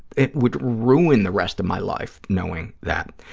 it would ruin the rest of my life, knowing that.